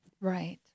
Right